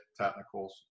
technicals